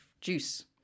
juice